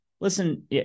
listen